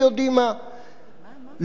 על כל פנים, לא מדינה יהודית,